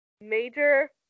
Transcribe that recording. major